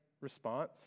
response